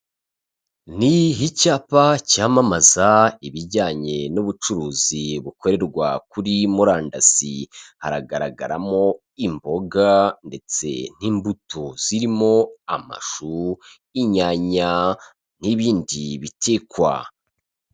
Ni icyapa cyamamaza ibijyanye n'ubucuruzi bukorerwa kuri murandasi, hagaragaramo imboga ndetse n'imbuto zirimo amashu, inyanya n'ibindi bitekwa.